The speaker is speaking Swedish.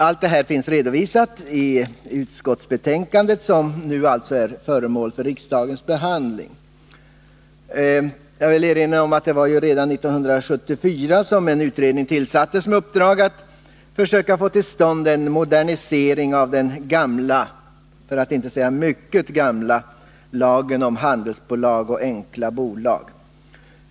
Allt detta finns redovisat i det utskottsbetänkande som nu är föremål för riksdagens behandling. Det var redan 1974 som en utredning tillsattes med uppdrag att söka få till stånd en modernisering av den gamla, för att inte säga mycket gamla, lagen om handelsbolag och enkla bolag.